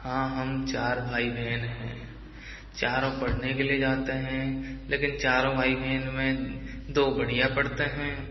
हाँ हम चार भाई बहन हैं चारों पढ़ने के लिए जाते हैं लेकिन चारों भाई बहन में दो बढ़िया पढ़ते हैं